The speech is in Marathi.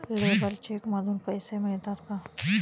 लेबर चेक मधून पैसे मिळतात का?